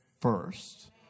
first